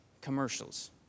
Commercials